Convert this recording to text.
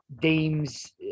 deems